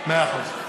מאה אחוז.